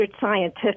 scientific